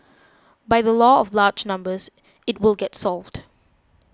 by the law of large numbers it will get solved